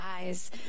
eyes